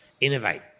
innovate